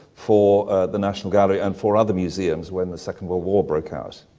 for the national gallery and for other museums when the second world war broke out.